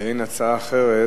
אין הצעה אחרת.